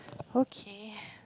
okay